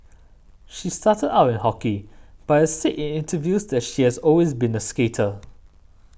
she started out in hockey but has said in interviews that she has always been a skater